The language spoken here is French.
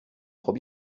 trop